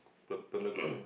premier good